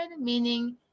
meaning